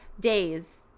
days